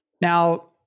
Now